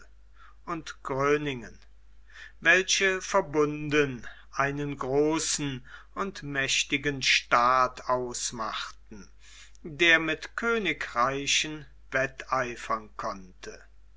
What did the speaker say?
und gröningen welche verbunden einen großen und mächtigen staat ausmachten der mit königreichen wetteifern konnte